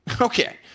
Okay